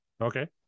okay